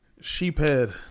Sheephead